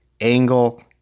Angle